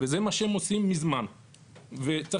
וזה מה שהם עושים מזמן,